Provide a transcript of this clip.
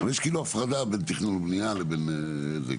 יש כזאת הפרדה בין תכנון ובנייה ובין זה.